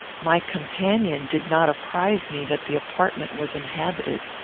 my companion did not apprize me that the apartment was inhabited.